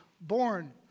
born